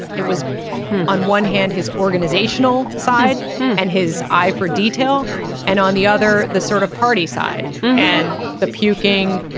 it was on one hand his organizational side and his eye for detail and on the other the sort of party side and the puking.